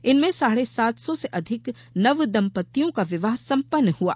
इनमें साढ़े सात सौ से अधिक नवदंपत्तियों का विवाह संपन्न हुआ